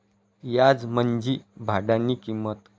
याज म्हंजी भाडानी किंमत